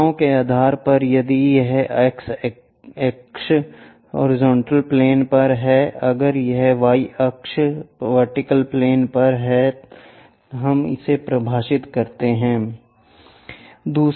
दिशाओं के आधार पर यदि यह एक्स अक्ष हॉरिजॉन्टल प्लेन पर है अगर यह वाई अक्ष वर्टिकल प्लेन पर है तो हम परिभाषित करेंगे